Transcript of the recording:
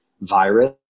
virus